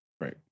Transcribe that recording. Right